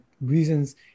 reasons